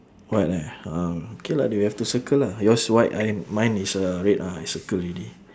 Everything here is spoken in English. white leh ah okay lah then we have to circle lah yours white I am mine is uh red ah I circle already